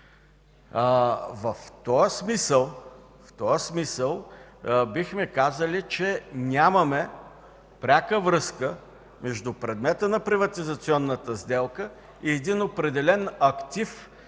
В този смисъл бихме казали, че нямаме пряка връзка между предмета на приватизационната сделка и един определен актив